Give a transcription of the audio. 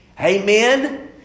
Amen